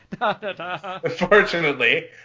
Unfortunately